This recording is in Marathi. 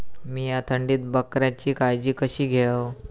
मीया थंडीत बकऱ्यांची काळजी कशी घेव?